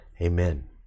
Amen